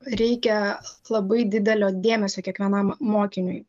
reikia labai didelio dėmesio kiekvienam mokiniui